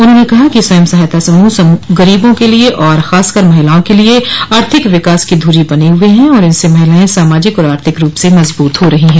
उन्होंने कहा कि स्वयं सहायता समूह गरीबों के लिए और खासकर महिलाओं के लिए आर्थिक विकास की धुरी बने हुए हैं और इनसे महिलाएं सामाजिक और आर्थिक रूप से मजबूत हो रही हैं